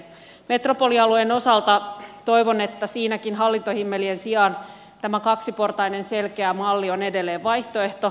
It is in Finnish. metropolialueen osalta toivon että siinäkin hallintohimmelien sijaan tämä kaksiportainen selkeä malli on edelleen vaihtoehto